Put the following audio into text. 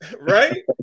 Right